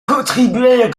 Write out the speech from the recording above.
contribuèrent